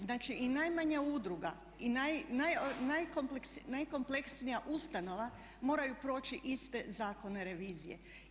Znači, i najmanja udruga i najkompleksnija ustanova moraju proći iste zakone revizije.